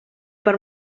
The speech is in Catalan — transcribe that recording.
per